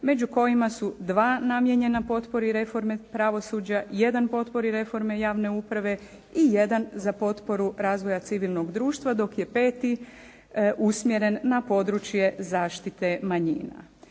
među kojima su dva namijenjena potpori reforme pravosuđa, jedan potpori reforme javne uprave i jedan za potporu razvoja civilnog društva dok je peti usmjeren na područje zaštite manjina.